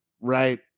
right